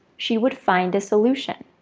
she would find a solution.